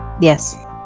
Yes